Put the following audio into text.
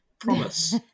promise